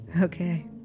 Okay